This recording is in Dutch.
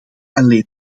alleen